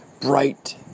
bright